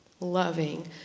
loving